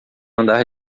andar